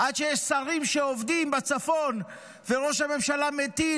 עד שיש שרים שעובדים בצפון וראש הממשלה מטיל